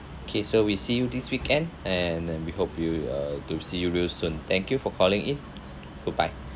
okay so we see you this weekend and we hope you uh to see you real soon thank you for calling in goodbye